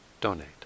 donate